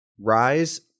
rise